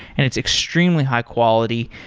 and it's extremely high quality.